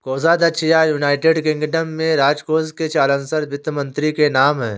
कोषाध्यक्ष या, United Kingdom में, राजकोष के चांसलर वित्त मंत्री के नाम है